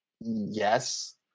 yes